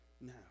now